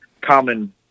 common